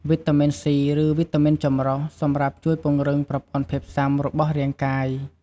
វីតាមីន C ឬវីតាមីនចម្រុះ សម្រាប់ជួយពង្រឹងប្រព័ន្ធភាពស៊ាំរបស់រាងកាយ។